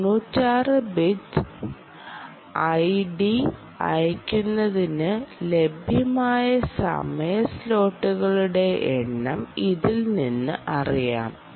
96 bit ID അയയ്ക്കുന്നതിന് ലഭ്യമായ സമയ സ്ലോട്ടുകളുടെ എണ്ണം ഇതിൽ നിന്ന് അറിയാം